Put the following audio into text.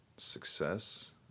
success